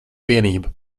vienība